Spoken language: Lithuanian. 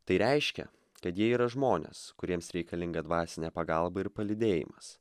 tai reiškia kad jie yra žmonės kuriems reikalinga dvasinė pagalba ir palydėjimas